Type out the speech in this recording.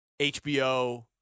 HBO